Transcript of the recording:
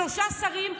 שלושה שרים,